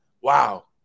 wow